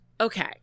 okay